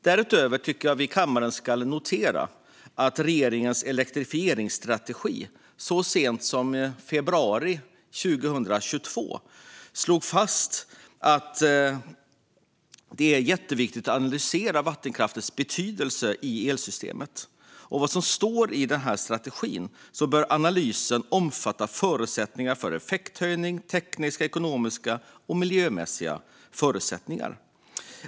Därutöver tycker jag att vi i kammaren ska notera att regeringen i sin elektrifieringsstrategi så sent som i februari 2022 slog fast att det är jätteviktigt att analysera vattenkraftens betydelse i elsystemet. Enligt vad som står i denna strategi bör analysen omfatta förutsättningar för effekthöjningar samt tekniska, ekonomiska och miljömässiga förutsättningar.